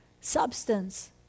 substance